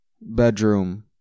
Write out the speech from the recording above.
bedroom